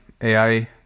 AI